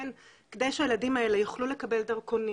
כדי שהילדים האלה יוכלו לקבל דרכונים